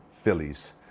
Phillies